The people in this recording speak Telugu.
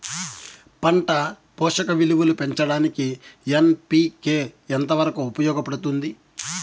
పంట పోషక విలువలు పెంచడానికి ఎన్.పి.కె ఎంత వరకు ఉపయోగపడుతుంది